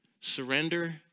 surrender